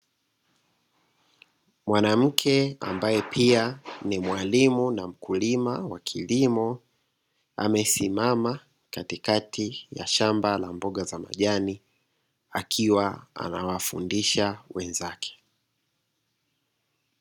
Mwanamke ambaye pia ni mwalimu na mkulima wa kilimo, amesimama katikati ya shamba la mboga za majani akiwa anawafundisha wenzake.